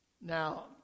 Now